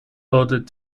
ordered